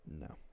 No